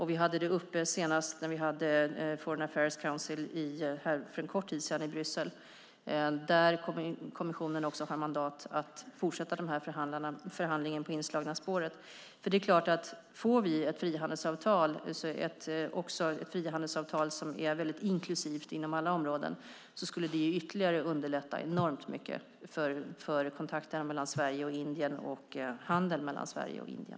Vi hade uppe detta senast när vi för en kort tid sedan i Bryssel möttes i Foreign Affairs Council. Kommissionen har där mandat att fortsätta förhandlingen på det inslagna spåret. Om vi får ett frihandelsavtal som är inkluderande inom alla områden skulle det självklart enormt mycket ytterligare underlätta när det gäller kontakterna mellan Sverige och Indien samt handeln mellan Sverige och Indien.